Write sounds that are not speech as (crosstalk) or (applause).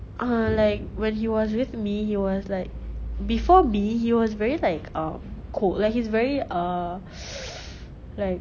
uh like when he was with me he was like before me he was very like um cold like he's very err (noise) like